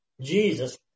Jesus